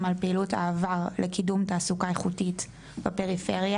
על הפעילות של העבר לקידום תעסוקה איכותית בפריפריה,